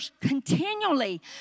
continually